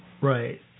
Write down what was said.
right